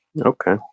Okay